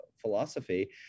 philosophy